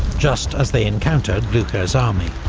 just as they encountered blucher's army.